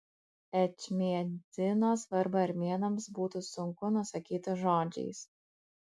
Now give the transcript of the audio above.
ečmiadzino svarbą armėnams būtų sunku nusakyti žodžiais